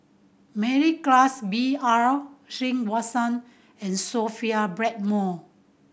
Mary Klass B R Sreenivasan and Sophia Blackmore